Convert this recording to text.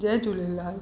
Jay Jhulelal